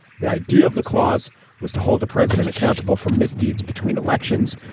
the idea of the clause was to hold the president accountable for misdeeds between elections.